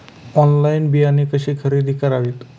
Online बियाणे कशी खरेदी करावीत?